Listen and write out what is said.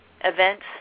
events